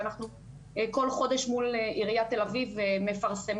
ואנחנו כל חודש מול עיריית תל אביב מפרסמים,